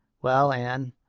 well, anne,